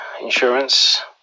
insurance